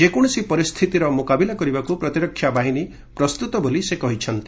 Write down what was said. ଯେକୌଣସି ପରିସ୍ଥିତିର ମୁକାବିଲା କରିବାକୁ ପ୍ରତିରକ୍ଷା ବାହିନୀ ପ୍ରସ୍ତୁତ ବୋଲି ସେ କହିଚ୍ଛନ୍ତି